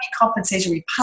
compensatory